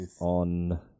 on